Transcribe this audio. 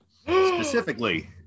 Specifically